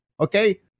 Okay